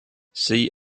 see